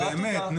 נו באמת,